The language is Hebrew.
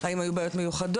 האם היו בעיות מיוחדות.